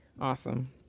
Awesome